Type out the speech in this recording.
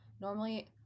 normally